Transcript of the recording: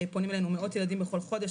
פונים אלינו מאות ילדים בכל חודש,